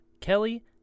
Kelly